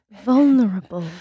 vulnerable